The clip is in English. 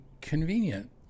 convenient